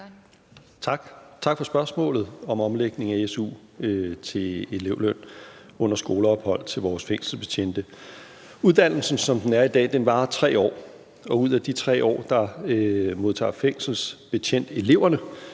Tak for spørgsmålet om omlægning af su til elevløn under skoleophold til vores fængselsbetjente. Uddannelsen, som den er i dag, varer 3 år, og ud af de 3 år modtager fængselsbetjenteleverne